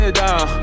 down